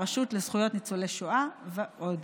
הרשות לזכויות ניצולי שואה ועוד.